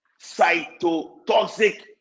cytotoxic